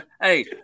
Hey